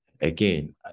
Again